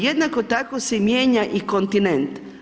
Jednako tako se i mijenja i kontinent.